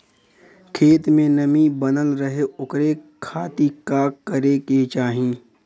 खेत में नमी बनल रहे ओकरे खाती का करे के चाही?